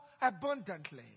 abundantly